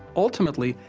ultimately,